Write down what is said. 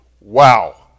Wow